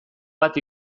bat